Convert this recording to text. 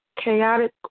chaotic